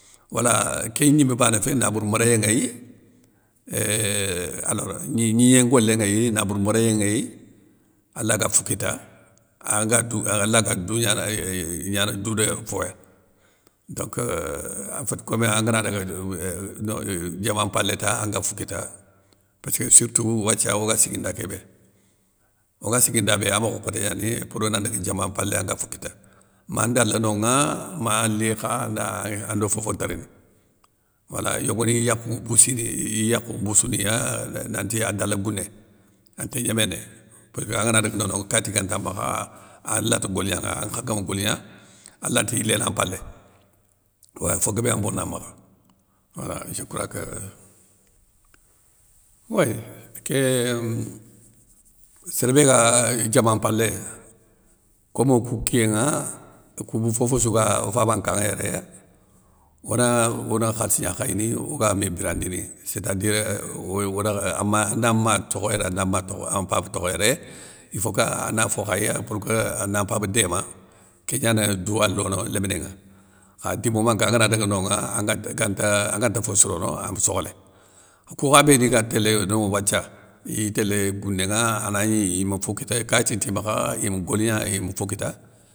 Wala kén gnimé bané fé nabour méréyé nŋéy, éeeeuh, alors gni gnigné ngolé nŋéy, nabour méréyé nŋéy, alaga fo kita, anga dou alaga dougnana éeuuh gnana douda foya donc afétti komi an ngana daga diaman mpalé ta, anga fo kita pésskeu sirtou wathie oga siguinda kébé, oga siguinda bé amokho nkhoté gnani, pouro nandaga diaman mpalé anga fo kita, man ndala nonŋa ma a li kha anda ando fofo nta rini, wala yogoni iyi yakhou mboussini iyi yakhou mboussouniya, nanti an ndala gouné. anti gnéméné, pésskeu angana daga dononŋa kayti ganta makha alanta golignanŋa, ankha guam goli gna, alante yiléna mpalé, wé fo guébé ya nbona makha, wala je crois que. Wéy ké umm sér bé gua diaman mpalé komo okou kiyé nŋa, okou ma fofossou ga o faba nkanŋa yéré ona one khalssi gna khayini, oga mé birandini, sé ta dire éuuh oye oda an ma anda ma tokheyéré, anda ma tokho, an mpaba tokheyéré, ifoka ana fo khay ya pour que ana mpaba déma, kégnane douwa lono léménŋa, kha di momen keu angana daga nonŋa ganta anganta fo sirono, ame sokhlé, kou kha béni ga télé no wathia, iy télé gounénŋa anagni ima fo kita kayti nti makha ime goligna ime fo kita.